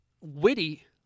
witty